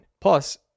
Plus